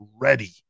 ready